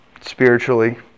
spiritually